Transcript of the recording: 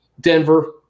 Denver